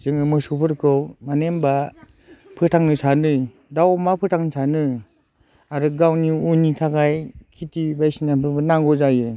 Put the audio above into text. जोङो मोसौफोरखौ मानो होमब्ला फोथांनो सानो दाउ अमा फोथांनो सानो आरो गावनि उनि थाखाय खिथि बायदिसिनाफोरबो नांगौ जायो